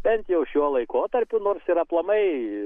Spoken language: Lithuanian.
bent jau šiuo laikotarpiu nors ir aplamai